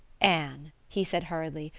anne, he said hurriedly,